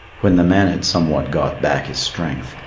when the man had somewhat got back his strength,